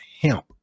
hemp